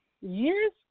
years